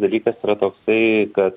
dalykas yra toksai kad